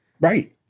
Right